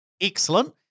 Excellent